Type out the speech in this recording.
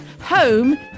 Home